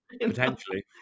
potentially